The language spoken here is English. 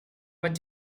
what